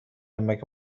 مگه